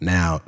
Now